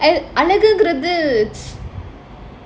I அழகுங்கிறது:alakungrathu